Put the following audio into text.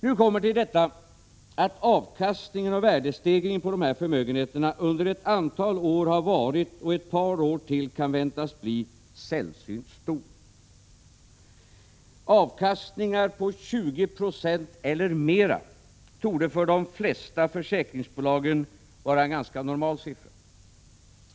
Nu kommer vi till detta att avkastningen och värdestegringen på dessa förmögenheter under ett antal år har varit och under ytterligare ett par år kan förväntas bli sällsynt stora. Avkastningar på 20 26 eller mera torde för de flesta försäkringsbolag vara en ganska normal siffra.